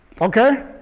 Okay